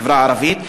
החברה הערבית,